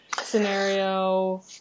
scenario